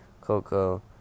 Coco